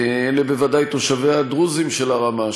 אלה תושביה הדרוזים של הרמה,